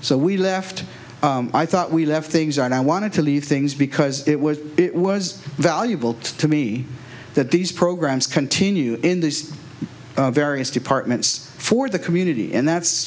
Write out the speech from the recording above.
so we left i thought we left things on i wanted to leave things because it was it was valuable to me that these programs continue in these various departments for the community and that's